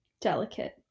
delicate